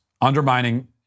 undermining